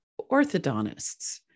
orthodontists